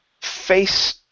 face